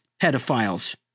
pedophiles